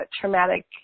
traumatic